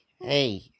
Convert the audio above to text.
hey